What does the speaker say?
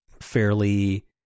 fairly